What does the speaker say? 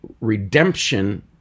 redemption